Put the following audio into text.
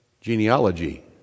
genealogy